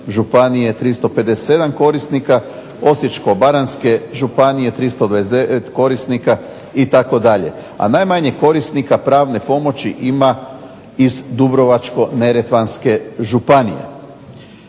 županije 357 korisnika, Osječko-baranjske županije 329 korisnika, itd., a najmanje korisnika pravne pomoći ima iz Dubrovačko-neretvanske županije.